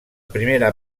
primera